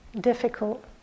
difficult